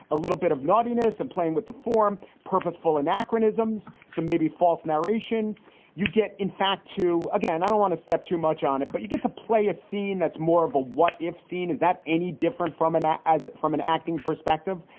a little bit of naughtiness and playing with the form purposeful anachronisms. so maybe false narration you get, in fact, to again, i don't want to step too much on it, but you get to play a scene that's more of a what if scene. is that any different from an as from an acting perspective,